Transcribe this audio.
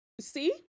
See